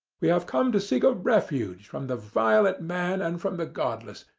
we have come to seek a refuge from the violent man and from the godless,